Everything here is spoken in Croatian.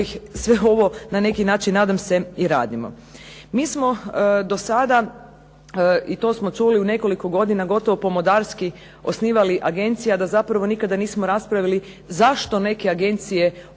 sve ovo na neki način, nadam se, i radimo. Mi smo dosada i to smo čuli u nekoliko godina, gotovo pomodarski osnivali agencije, a da zapravo nikada nismo raspravili zašto neke agencije osnivamo